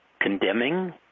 condemning